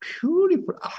Beautiful